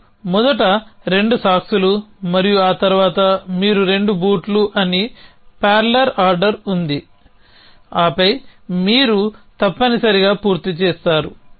మీరు మొదట రెండు సాక్స్లు మరియు ఆ తర్వాత మీరు రెండు బూట్లు అని పార్లర్ ఆర్డర్ ఉంటుంది ఆపై మీరు తప్పనిసరిగా పూర్తి చేసారు